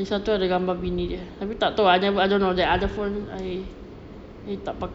satu ada gambar bini dia I don't know the other phone I ni tak pakai